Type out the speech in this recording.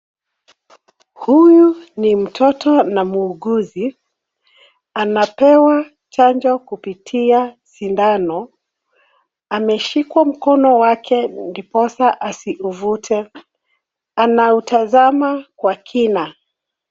Huyu ni mtoto na muuguzi. Anapewa chanjo kupitia sindano. Ameshikwa mkono wake ndiposa asiuvute. Anautazama kwa kina.